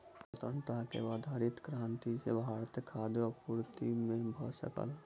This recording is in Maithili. स्वतंत्रता के बाद हरित क्रांति सॅ भारतक खाद्य पूर्ति भ सकल